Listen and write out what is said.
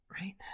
right